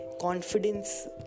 confidence